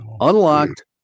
unlocked